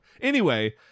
Anyway-